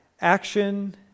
action